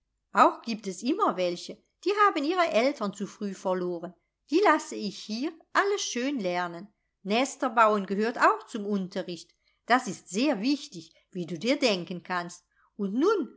auch gibt es immer welche die haben ihre eltern zu früh verloren die lasse ich hier alles schön lernen nester bauen gehört auch zum unterricht das ist sehr wichtig wie du dir denken kannst und nun